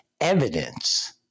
evidence